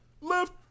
Left